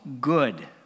good